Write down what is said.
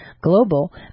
global